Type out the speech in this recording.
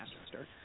master